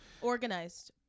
Organized